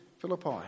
Philippi